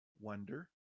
wonder